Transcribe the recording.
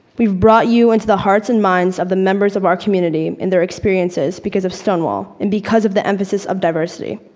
we've brought you into the hearts and minds of the members of our community and their experiences because of stonewall and because of the emphasis of diversity.